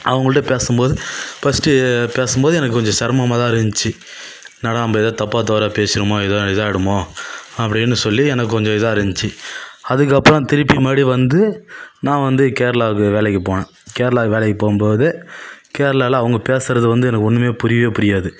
அவங்கள்ட்ட பேசும்போது ஃபர்ஸ்ட்டு பேசும்போது எனக்கு கொஞ்சம் சிரமமா தான் இருந்துச்சி என்னடா நம்ப எதோ தப்பாக தவறாக பேசிருவோமோ எதோ இதாக ஆயிடுமோ அப்படின்னு சொல்லி எனக்கு கொஞ்சம் இதாக இருந்துச்சி அதுக்கு அப்புறோம் திருப்பி மறுபடி வந்து நான் வந்து கேரளாவுக்கு வேலைக்கு போனேன் கேரளாவுக்கு வேலைக்கு போகும்போது கேரளாவில அவங்க பேசறது வந்து எனக்கு ஒன்றுமே புரியவே புரியாது